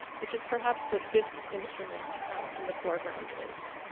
which is perhaps what this instrument in the foreground is.